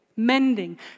mending